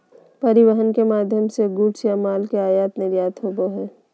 परिवहन के माध्यम से गुड्स या माल के आयात निर्यात होबो हय